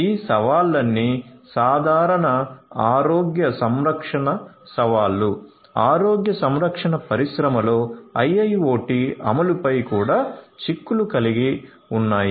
ఈ సవాళ్లన్నీ సాధారణ ఆరోగ్య సంరక్షణ సవాళ్లు ఆరోగ్య సంరక్షణ పరిశ్రమలో IIoT అమలుపై కూడా చిక్కులు కలిగి ఉన్నాయి